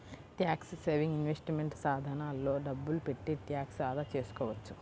tax saving investment సాధనాల్లో డబ్బులు పెట్టి ట్యాక్స్ ఆదా చేసుకోవచ్చు